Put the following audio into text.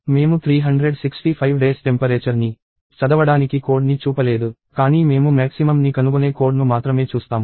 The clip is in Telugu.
మేము 365 డేస్ టెంపరేచర్ ని చదవడానికి కోడ్ని చూపలేదు కానీ మేము మ్యాక్సిమమ్ ని కనుగొనే కోడ్ను మాత్రమే చూస్తాము